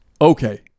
Okay